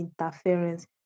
interference